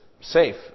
safe